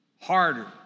harder